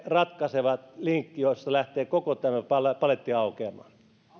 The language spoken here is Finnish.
ratkaiseva linkki josta lähtee koko tämä paletti aukeamaan